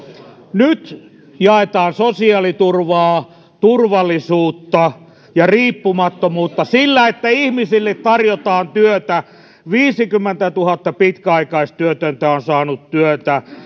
nyt jaetaan sosiaaliturvaa turvallisuutta ja riippumattomuutta sillä että ihmisille tarjotaan työtä viisikymmentätuhatta pitkäaikaistyötöntä on saanut työtä on